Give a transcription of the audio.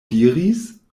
diris